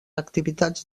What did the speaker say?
activitats